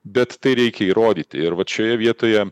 bet tai reikia įrodyti ir vat šioje vietoje